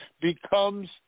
becomes